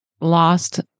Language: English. lost